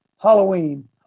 Halloween